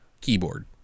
keyboard